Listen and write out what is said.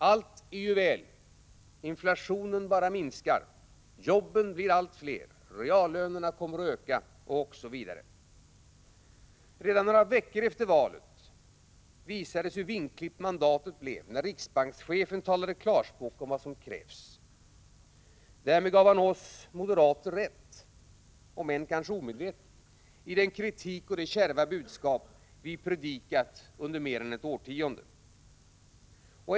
Allt är ju väl, inflationen bara minskar, jobben blir allt fler, reallönerna kommer att öka osv. Redan några veckor efter valet visades hur vingklippt mandatet blev, när riksbankschefen talade klarspråk om vad som krävs. Därmed gav han —- om än kanske omedvetet — oss moderater rätt i vår kritik och det kärva budskap som vi predikat under mer än ett årtionde.